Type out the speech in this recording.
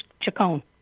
Chacon